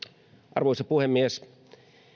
arvoisa puhemies